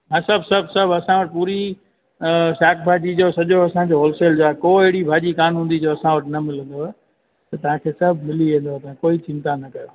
हा सभु सभु सभु असां वटि पूरी साठि भाॼी जो सॼो असांजो होलसेल जा को अहिड़ी भाॼी कोन न हूंदी जो असां वटि न मिलंदव त तव्हांखे सभु मिली वेंदव कोई चिंता न कयो